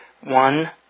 One